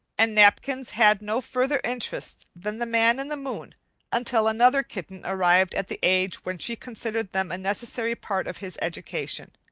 and napkins had no further interest than the man in the moon until another kitten arrived at the age when she considered them a necessary part of his education.